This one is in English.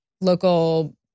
local